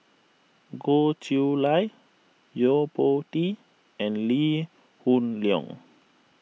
Goh Chiew Lye Yo Po Tee and Lee Hoon Leong